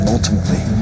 Ultimately